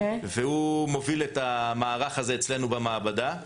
והוא מוביל את המערך הזה אצלנו במעבדה.